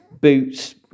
boots